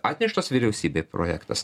atneštas vyriausybei projektas